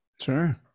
Sure